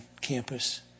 campus